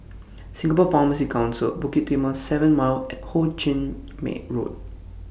Singapore Pharmacy Council Bukit Timah seven Mile and Ho Ching Road